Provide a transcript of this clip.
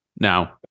Now